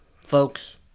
folks